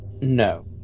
No